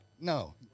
No